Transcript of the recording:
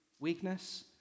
weakness